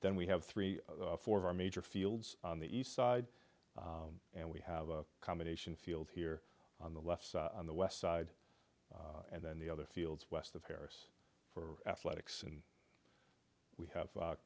then we have three or four of our major fields on the east side and we have a combination field here on the left side on the west side and then the other fields west of harris for athletics and we have